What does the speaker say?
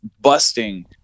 busting